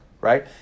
right